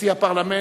נשיא הפרלמנט,